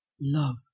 love